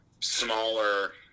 smaller